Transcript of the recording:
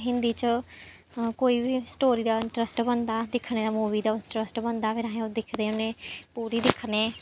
हिंदी च कोई बी स्टोरी दा इंटरस्ट बनदा दिक्खने दा मूवी दा इंटरस्ट बनदा फिर अस ओह् दिखदे होन्नें पूरी दिक्खनें